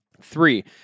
Three